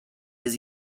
his